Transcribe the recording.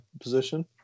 position